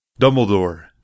Dumbledore